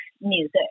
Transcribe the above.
music